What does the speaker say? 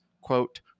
quote